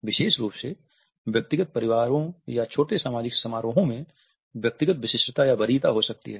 विशेष रूप से व्यक्तिगत परिवारों या छोटे सामाजिक समारोहों में व्यक्तिगत विशिष्टता या वरीयता हो सकती है